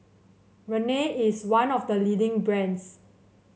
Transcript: Rene is one of the leading brands